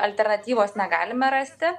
alternatyvos negalime rasti